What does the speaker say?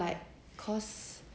like cause